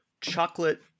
chocolate